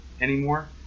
anymore